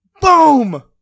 Boom